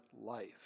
life